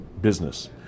business